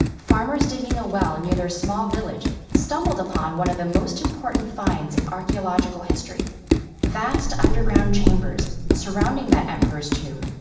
farmers digging a well and near their small village stumbled upon one of the most important finds in archeological history vast underground chambers surrounding that emperor's tomb,